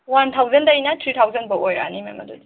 one ꯊꯥꯎꯖꯟꯗꯩꯅ three ꯊꯥꯎꯖꯟꯕꯧ ꯑꯣꯏꯔꯛꯑꯅꯤ ꯃꯦꯝ ꯑꯗꯨꯗꯤ